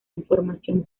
información